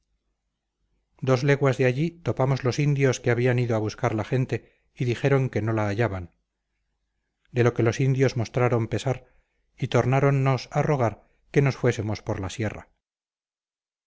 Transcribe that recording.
dos leguas de allí topamos los indios que habían ido a buscar la gente y dijeron que no la hallaban de lo que los indios mostraron pesar y tornáronnos a rogar que nos fuésemos por la sierra